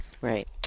Right